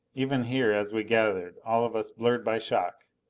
even here as we gathered, all of us blurred by shock,